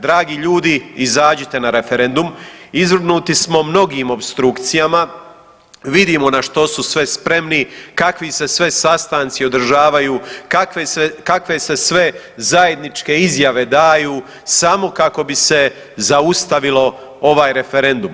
Dragi ljudi izađite na referendum, izvrgnuti smo mnogim opstrukcijama, vidimo na što su sve spremni kakvi se sve sastanci održavaju, kakve se sve zajedničke izjave daju samo kako bi se zaustavilo ovaj referendum.